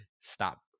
Stop